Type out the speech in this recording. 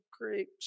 grapes